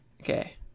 Okay